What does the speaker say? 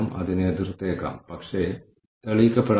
അതിനാൽ ഓരോന്നും നമ്മൾ ഇവിടെ വിലയിരുത്തുന്നു